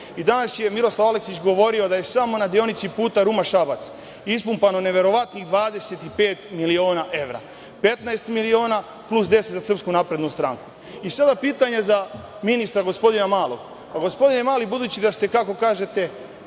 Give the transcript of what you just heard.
Danas je Miroslav Aleksić govorio da je samo na deonici puta Ruma-Šabac ispumpano neverovatnih 25 miliona evra, 15 miliona, plus 10 miliona za SNS.Sada pitanje za ministra, gospodina Malog. Gospodine Mali, budući da ste, kako kažete,